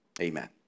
amen